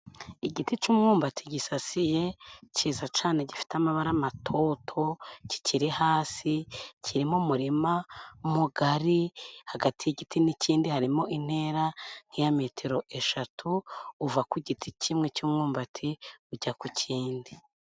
Igiti cumwumbati gisasiye kiza cane gifite amabara matoto kikiri hasi kiri mu murima mugari hagati y'igiti n'ikindi harimo intera nk'iya metero eshatu uva ku giti kimwe cy'umwumbati ujya ku kindi.